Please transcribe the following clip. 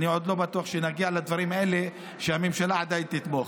אני עוד לא בטוח שנגיע לדברים האלה שהממשלה עדיין תתמוך,